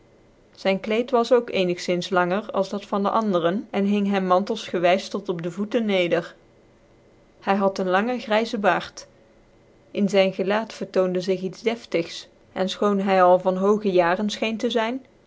zyn kleed was ook eenigzins langer als dat van de anderen cn hing hem mantcugcwys tot op dc voeten neder hy hul een lange gryzen baard in zyn gelaat vertoonde zig iets deftigs cn fchoon hy al van hoge jaren fchcen te zyn